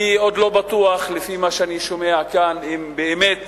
אני עוד לא בטוח, לפי מה שאני שומע כאן, אם באמת